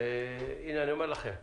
הנה אני אומר לכם,